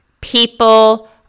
people